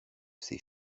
ses